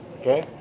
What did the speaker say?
Okay